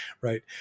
right